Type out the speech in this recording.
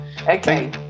Okay